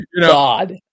God